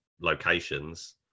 locations